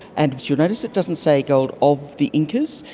and you'll notice it doesn't say gold of the incas,